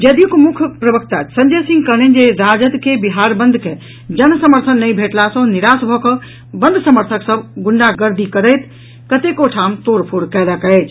जदयूक मुख्य प्रवक्ता संजय सिंह कहलनि जे राजद के बिहार बंद के जन समर्थन नहि भेटला सँ निराश भऽ कऽ बंद समर्थक सभ गुंडागर्दी करैत कतेको ठाम तोड़फोड़ कयलक अछि